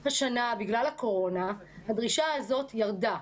השנה, בגלל הקורונה, הדרישה הזאת ירדה.